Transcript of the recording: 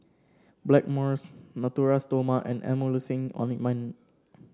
Blackmores Natura Stoma and Emulsying Ointment